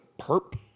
Perp